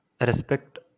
respect